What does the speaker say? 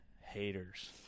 haters